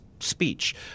speech